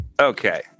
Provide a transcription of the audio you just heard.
Okay